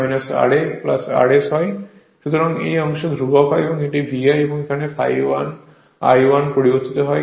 সুতরাং এই অংশ ধ্রুবক হয় এবং এটি V1 এবং এখানে ∅1 I1 পরিবর্তিত হয়